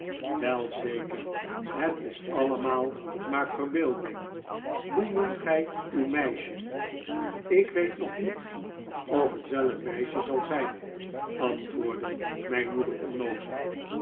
wel zeker het is allemaal maar verbeelding hoe noemt gij uw meisje ik weet nog niet of het wel een meisje zal zijn antwoordde mijn moeder onnoozel